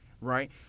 right